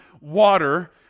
water